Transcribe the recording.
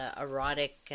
erotic